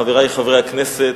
חברי חברי הכנסת,